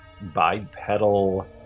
bipedal